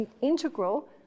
integral